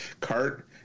cart